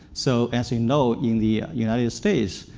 so as you know, in the united states,